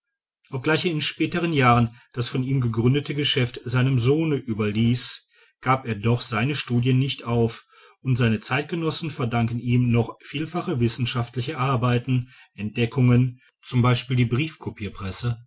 obgleich er in späteren jahren das von ihm gegründete geschäft seinem sohne überließ gab er doch seine studien nicht auf und seine zeitgenossen verdanken ihm noch vielfache wissenschaftliche arbeiten entdeckungen briefcopierpresse und physikalische versuche z b über die